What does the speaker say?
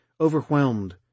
overwhelmed